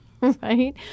right